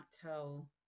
tell